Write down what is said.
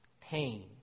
pain